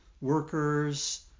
workers